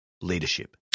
leadership